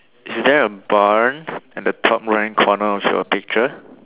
is there a barn in the top right hand corner of your picture